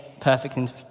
perfect